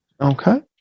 Okay